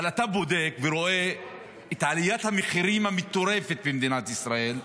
אבל אתה בודק ורואה את עליית המחירים המטורפת במדינת ישראל,